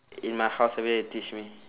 in my house every day teach me